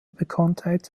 bekanntheit